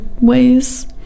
ways